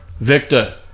Victor